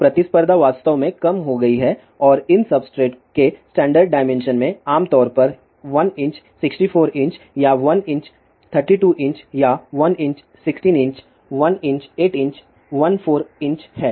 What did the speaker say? तो प्रतिस्पर्धा वास्तव में कम हो गई है और इन सबस्ट्रेट्स के स्टैण्डर्ड डायमेंशन में आमतौर पर 1 इंच 64 इंच या 1 इंच 32 इंच या 1 inch 16 inch 1 inch 8 inch 1 4 inch है